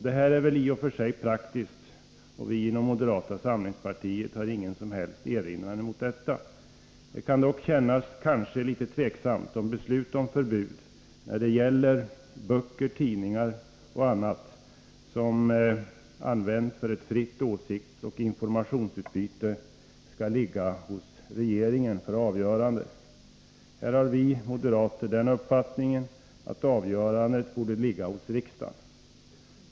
Det här är i och för sig praktiskt, och vi inom moderata samlingspartiet har ingen som helst erinran mot detta. Det kan dock kanske kännas litet tvivelaktigt om beslut om förbud när det gäller böcker, tidningar och annat som används för ett fritt åsiktsoch informationsutbyte skall ligga hos regeringen för avgörande. Här har vi moderater den uppfattningen att avgörandet borde ligga hos riksdagen.